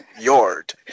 yard